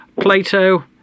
Plato